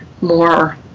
more